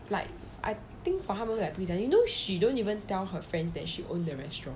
you know she don't even tell her friends that she owned the restaurant